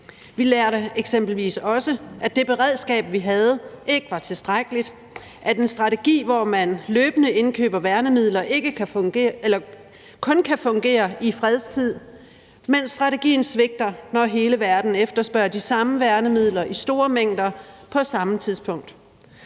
Vi lærte eksempelvis også, at det beredskab, vi havde, ikke var tilstrækkeligt, at en strategi, hvor man løbende indkøber værnemidler, kun kan fungere i fredstid, mens strategien svigter, når hele verden efterspørger de samme værnemidler i store mængder på samme tidspunkt.